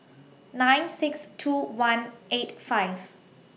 nine six two one eight five